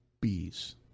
Bees